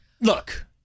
look